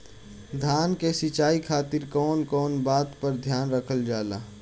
धान के सिंचाई खातिर कवन कवन बात पर ध्यान रखल जा ला?